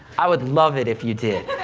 i would love it if you did.